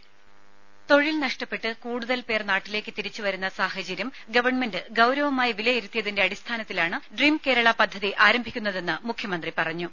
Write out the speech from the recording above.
voice രുമ തൊഴിൽ നഷ്ടപ്പെട്ട് കൂടുതൽ പേർ നാട്ടിലേക്ക് തിരിച്ചു വരുന്ന സാഹചര്യം ഗവൺമെന്റ് ഗൌരവമായി വിലയിരുത്തിയതിന്റെ അടിസ്ഥാനത്തിലാണ് ഡ്രീംകേരള പദ്ധതി ആരംഭിക്കുന്നതെന്ന് മുഖ്യമന്ത്രി പറഞ്ഞു